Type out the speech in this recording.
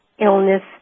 illness